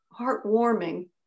heartwarming